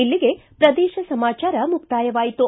ಇಲ್ಲಿಗೆ ಪ್ರದೇಶ ಸಮಾಚಾರ ಮುಕ್ತಾಯವಾಯಿತು